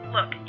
Look